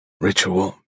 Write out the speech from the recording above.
Ritual